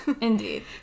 Indeed